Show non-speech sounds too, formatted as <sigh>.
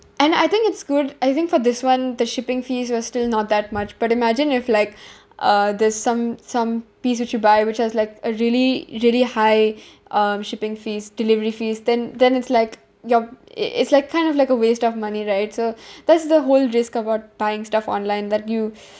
and I think it's good I think for this one the shipping fees were still not that much but imagine if like <breath> uh there's some some piece which you buy which has like a really really high <breath> um shipping fees delivery fees then then it's like you~ i~ it's like kind of like a waste of money right so <breath> that's the whole risk about buying stuff online that you